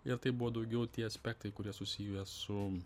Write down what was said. ir tai buvo daugiau tie aspektai kurie susiję su